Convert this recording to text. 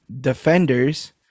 Defenders